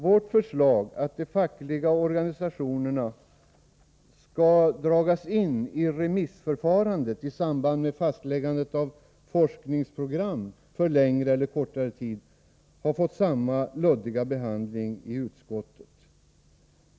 Vårt förslag att de fackliga organisationerna skall tas med vid remissförfarandet i samband med fastläggande av forskningsprogram för längre eller kortare tid, har fått samma luddiga behandling i utskottet.